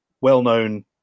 well-known